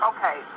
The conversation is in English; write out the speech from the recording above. Okay